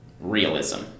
realism